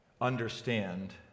understand